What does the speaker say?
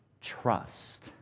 trust